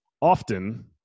often